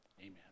Amen